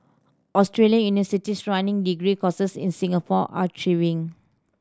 Australian universities running degree courses in Singapore are thriving